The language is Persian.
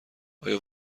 آیا